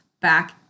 back